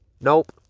nope